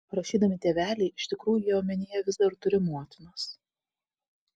rašydami tėveliai iš tikrųjų jie omenyje vis dar turi motinas